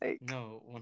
No